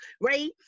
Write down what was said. right